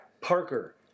Parker